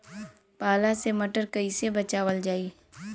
पाला से मटर कईसे बचावल जाई?